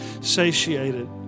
satiated